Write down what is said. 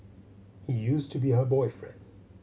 he used to be her boyfriend